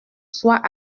soit